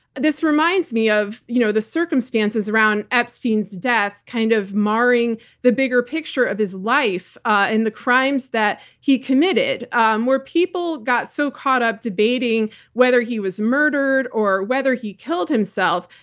this reminds me of you know the circumstances around epstein's death kind of marring marring the bigger picture of his life and the crimes that he committed, um where people got so caught up debating whether he was murdered or whether he killed himself,